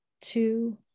two